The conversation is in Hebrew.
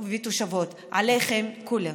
והתושבות, עליכם כולכם.